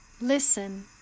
Listen